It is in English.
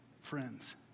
friends